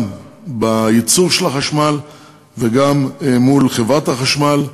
גם בייצור החשמל וגם מול חברת החשמל.